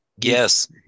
Yes